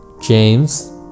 James